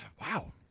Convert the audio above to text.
Wow